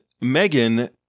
Megan